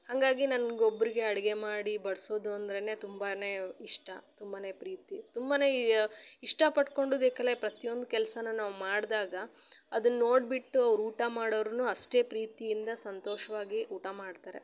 ಹಾಗಾಗಿ ನಂಗೆ ಒಬ್ಬರಿಗೆ ಅಡುಗೆ ಮಾಡಿ ಬಡಿಸೋದು ಅಂದ್ರೇ ತುಂಬಾ ಇಷ್ಟ ತುಂಬಾ ಪ್ರೀತಿ ತುಂಬಾ ಇಷ್ಟ ಪಟ್ಕೊಂಡು ಪ್ರತಿಯೊಂದು ಕೆಲ್ಸಾನ ನಾವು ಮಾಡಿದಾಗ ಅದನ್ ನೋಡಿಬಿಟ್ಟು ಅವ್ರು ಊಟ ಮಾಡೋವ್ರು ಅಷ್ಟೇ ಪ್ರೀತಿಯಿಂದ ಸಂತೋಷವಾಗಿ ಊಟ ಮಾಡ್ತಾರೆ